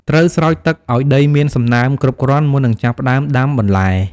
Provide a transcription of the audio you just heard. ត្រូវស្រោចទឹកឱ្យដីមានសំណើមគ្រប់គ្រាន់ មុននឹងចាប់ផ្តើមដាំបន្លែ។